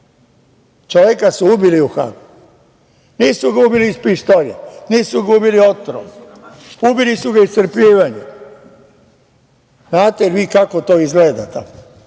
Čoveka su ubili u Hagu. Nisu ga ubili iz pištolja, nisu ga ubili otrovom, ubili su ga iscrpljivanjem. Znate li vi kako to izgleda